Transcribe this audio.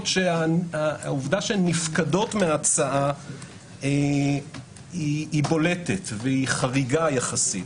שהעובדה שהן נפקדות מההצעה היא בולטת וחריגה יחסית.